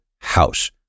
house